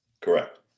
Correct